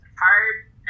hard